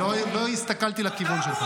לא הסתכלתי לכיוון שלך.